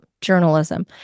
journalism